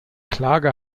klage